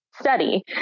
study